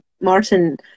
Martin